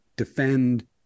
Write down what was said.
defend